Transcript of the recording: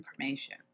information